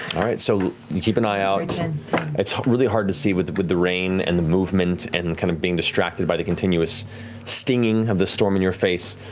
all right, so you keep an eye ah out. and it's really hard to see with the with the rain and the movement and kind of being distracted by the continuous stinging of the storm in your face.